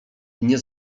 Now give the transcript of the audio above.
nie